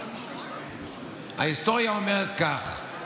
ההיסטוריה אומרת כך: